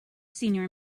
senior